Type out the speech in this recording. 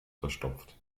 verstopft